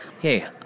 hey